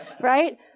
right